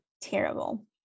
terrible